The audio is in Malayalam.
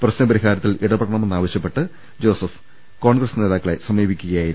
പ്രശ്ന പരിഹാരത്തിൽ ഇടപെടണമെന്നാവശ്യപ്പെട്ട് ജോസഫ് കോൺഗ്രസ് നേതാക്കളെ സമീപി ക്കുകയായിരുന്നു